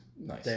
Nice